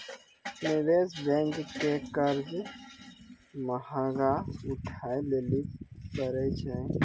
निवेश बेंक से कर्जा महगा उठाय लेली परै छै